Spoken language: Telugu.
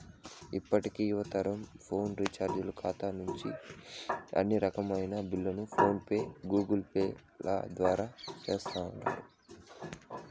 ఇప్పటి యువతరమంతా ఫోను రీచార్జీల కాతా నుంచి అన్ని రకాల బిల్లుల్ని ఫోన్ పే, గూగుల్పేల ద్వారా సేస్తుండారు